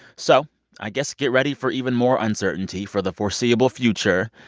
so i guess get ready for even more uncertainty for the foreseeable future,